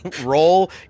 Roll